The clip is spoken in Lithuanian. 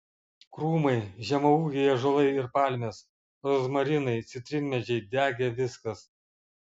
krūmai žemaūgiai ąžuolai ir palmės rozmarinai citrinmedžiai degė viskas